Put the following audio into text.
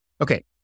Okay